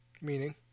Meaning